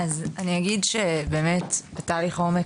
שלום,